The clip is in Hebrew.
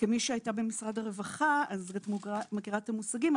כמי שהייתה במשרד הרווחה, אני מכירה את המושגים.